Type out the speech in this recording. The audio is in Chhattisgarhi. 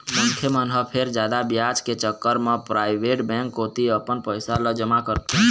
मनखे मन ह फेर जादा बियाज के चक्कर म पराइवेट बेंक कोती अपन पइसा ल जमा करथे